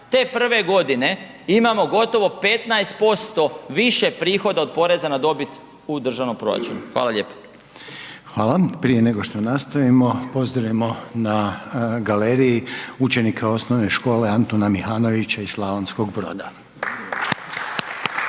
Te prve godine imamo gotovo 15% više prihoda od poreza na dobit u državnom proračunu. Hvala lijepo. **Reiner, Željko (HDZ)** Hvala. Prije nego što nastavimo pozdravimo na galeriji učenike Osnovne škole Antuna Mihanovića iz Slavonskog Broda.